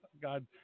God